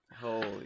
Holy